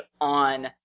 on